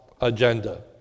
agenda